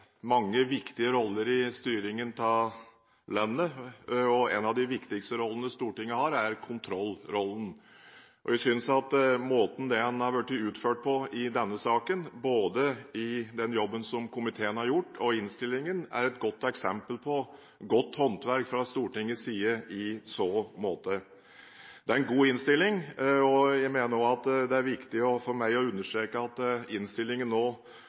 utført på i denne saken, både i den jobben som komiteen har gjort og i innstillingen, er et godt eksempel på godt håndverk fra Stortingets side i så måte. Det er en god innstilling, og jeg mener også det er viktig for meg å understreke at innstillingen nå